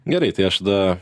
gerai tai aš tada